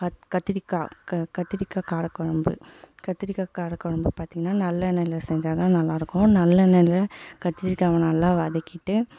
கத்திரிக்காய் கத்திரிக்காய் காரக்கொழம்பு கத்திரிக்காய் காரக்கொழம்பு பார்த்தீங்கனா நல்லெண்ணெயில் செஞ்சால் தான் நல்லா இருக்கும் நல்லெண்ணெயில் கத்திரிக்காவை நல்லா வதக்கிவிட்டு